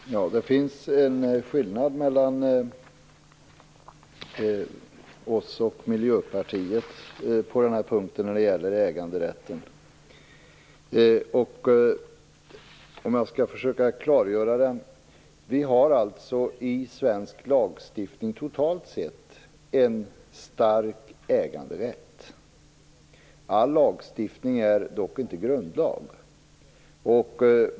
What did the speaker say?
Fru talman! Det finns en skillnad mellan oss och Miljöpartiet när det gäller äganderätten. Jag skall försöka att klargöra denna skillnad. Vi har i svensk lagstiftning en stark äganderätt. All lagstiftning är dock inte grundlag.